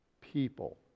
people